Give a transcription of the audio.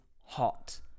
hot